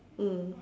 mm